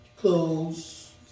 Clothes